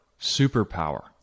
superpower